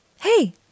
Hey